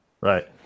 Right